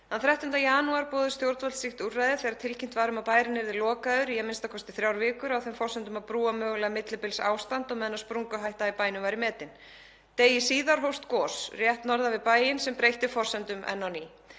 Þann 13. janúar boðuðu stjórnvöld slíkt úrræði þegar tilkynnt var um að bærinn yrði lokaður í a.m.k. þrjár vikur á þeim forsendum að brúa mögulega millibilsástand á meðan sprunguhætta í bænum væri metin. Degi síðar hófst gos rétt norðan við bæinn sem breytti forsendum enn á ný.